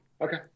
Okay